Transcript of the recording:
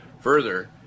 further